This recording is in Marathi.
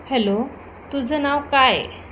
हॅलो तुझं नाव काय